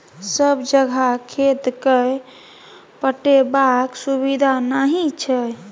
सब जगह खेत केँ पटेबाक सुबिधा नहि छै